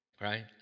Right